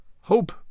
hope